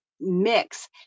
mix